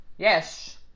Yes